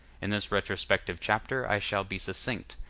in this retrospective chapter i shall be succinct,